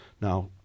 Now